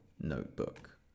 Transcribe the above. notebook